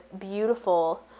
beautiful